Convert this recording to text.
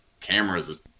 cameras